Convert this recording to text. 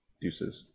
Deuces